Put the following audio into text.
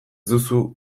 duzu